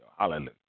Hallelujah